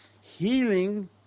Healing